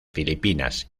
filipinas